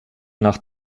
nach